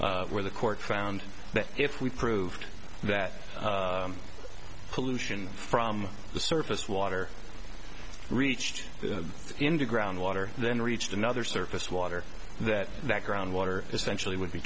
bosnia where the court found that if we proved that pollution from the surface water reached the into groundwater then reached another surface water that that groundwater essentially would be